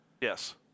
Yes